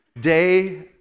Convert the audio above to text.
Day